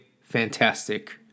fantastic